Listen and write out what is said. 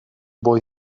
boy